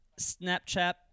Snapchat